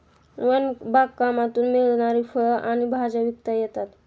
one बागकामातून मिळणारी फळं आणि भाज्या विकता येतात